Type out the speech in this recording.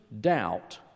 Doubt